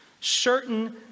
certain